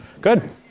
Good